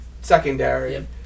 secondary